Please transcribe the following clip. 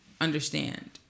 understand